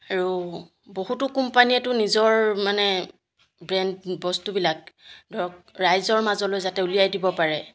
আৰু বহুতো কোম্পানীয়েতো নিজৰ মানে ব্ৰেণ্ড বস্তুবিলাক ধৰক ৰাইজৰ মাজলৈ যাতে উলিয়াই দিব পাৰে